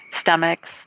stomachs